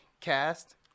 cast